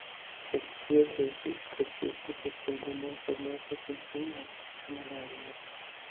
tad tvirtinti kad feisbuke skelbiama informacija teisinga negalima